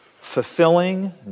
Fulfilling